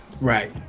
Right